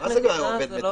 מה זה נקרא עובד מדינה?